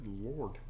lord